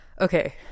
Okay